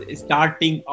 starting